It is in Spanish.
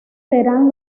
serán